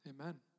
Amen